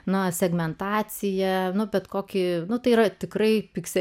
na segmentacija bet kokį nu tai yra tikrai pigs